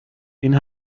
این